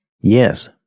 yes